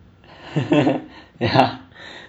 ya